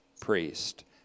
Priest